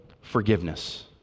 forgiveness